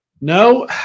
No